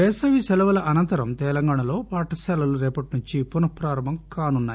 వేసవి శెలపుల అనంతరం తెలంగాణాలో పాఠశాలలు రేపటి నుంచి పున పారంభం కానున్నాయి